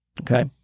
Okay